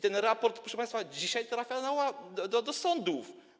Ten raport, proszę państwa, dzisiaj trafia do sądów.